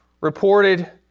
reported